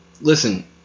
Listen